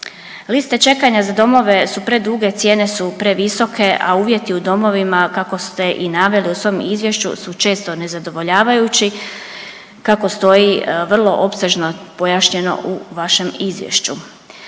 Liste čekanja za domove su preduge, cijene su previsoke, a uvjeti u domovima kako ste i naveli u svom izvješću su često nezadovoljavajući kako stoji vrlo opsežno pojašnjeno u vašem izvješću.